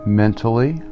mentally